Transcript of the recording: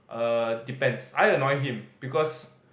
err depends I annoy him because